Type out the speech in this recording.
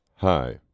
Hi